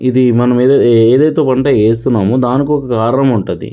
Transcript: ఇది మనం ఏదైతే పంట వేస్తున్నామో దానికి ఒక కారణం ఉంటుంది